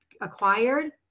acquired